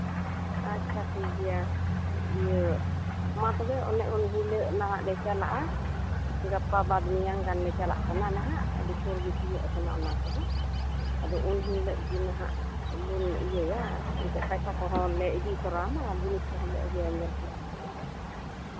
ᱟᱪᱪᱷᱟ ᱴᱷᱤᱠ ᱜᱮᱭᱟ ᱤᱭᱟᱹ ᱢᱟ ᱛᱚᱵᱮ ᱚᱱᱮ ᱩᱱ ᱦᱤᱞᱳᱜ ᱜᱮ ᱦᱟᱜ ᱞᱮ ᱪᱟᱞᱟᱜᱼᱟ ᱜᱟᱯᱟ ᱵᱟᱫ ᱢᱮᱭᱟᱝ ᱜᱟᱱᱞᱮ ᱪᱟᱞᱟᱜ ᱠᱟᱱᱟ ᱱᱟᱦᱟᱜ ᱟᱹᱰᱤ ᱥᱩᱨᱜᱮ ᱛᱤᱭᱳᱜ ᱠᱟᱱᱟ ᱚᱱᱟ ᱠᱚᱦᱚᱸ ᱟᱫᱚ ᱩᱱ ᱦᱤᱞᱳᱜ ᱜᱮ ᱱᱟᱦᱟᱜ ᱵᱚᱱ ᱤᱭᱟᱹᱭᱟ ᱮᱱᱛᱮᱜ ᱴᱟᱠᱟ ᱠᱚᱦᱚᱸ ᱞᱮ ᱤᱫᱤ ᱛᱚᱨᱟ ᱟᱢᱟ ᱡᱤᱱᱤᱥ ᱠᱚᱦᱚᱸ ᱞᱮ ᱟᱹᱜᱩᱭᱟ ᱧᱮᱞ ᱠᱩᱥᱤ ᱠᱟᱛᱮᱜ